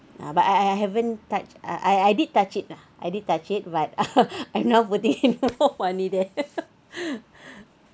ah but I I haven't touch I I did touch it ah I did touch it but nobody know money there